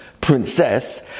princess